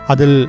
Adil